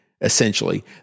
essentially